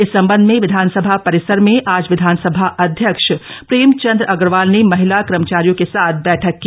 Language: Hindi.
इस संबंध में विधानसभा परिसर में आज विधानसभा अध्यक्ष प्रेमचंद अग्रवाल ने महिला कर्मचारियों के साथ बैठक की